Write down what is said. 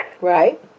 Right